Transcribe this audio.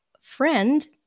friend